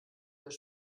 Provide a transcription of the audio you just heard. das